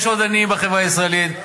יש עוד עניים בחברה הישראלית.